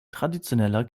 traditioneller